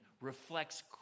reflects